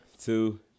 two